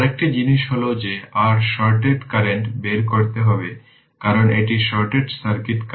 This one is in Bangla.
আরেকটি জিনিস হল যে r শর্ট সার্কিট কারেন্ট বের করতে হবে কারণ এটি short circuit current Norton current